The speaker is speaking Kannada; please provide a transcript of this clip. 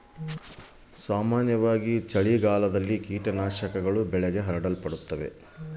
ಸಾಮಾನ್ಯವಾಗಿ ಯಾವ ಸಮಯದಲ್ಲಿ ಕೇಟನಾಶಕಗಳು ಬೆಳೆಗೆ ಹರಡುತ್ತವೆ?